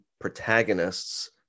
protagonists